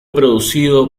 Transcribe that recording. producido